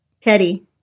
teddy